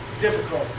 difficult